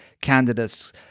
candidates